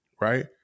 Right